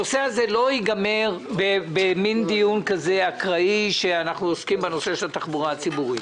הנושא הזה לא יגמר בדיון כזה אקראי בנושא התחבורה הציבורית,